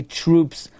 troops